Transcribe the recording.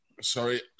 sorry